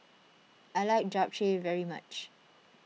I like Japchae very much